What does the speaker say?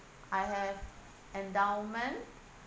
I have endowment